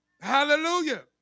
hallelujah